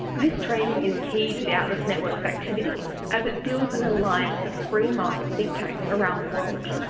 this training is key to the atlas network's activities, as it builds an alliance of free market think tanks around the world.